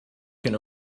can